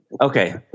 Okay